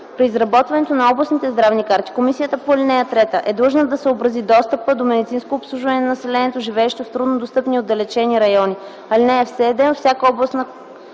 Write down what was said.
При изработването на областните здравни карти комисията по ал. 3 е длъжна да съобрази достъпа до медицинско обслужване на населението, живеещо в труднодостъпните и отдалечените райони.